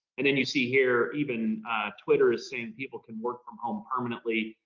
and then you see here, even twitter is saying people can work from home permanently,